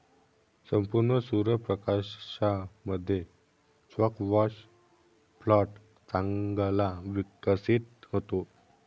संपूर्ण सूर्य प्रकाशामध्ये स्क्वॅश प्लांट चांगला विकसित होतो